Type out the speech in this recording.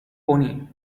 pony